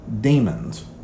demons